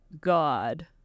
God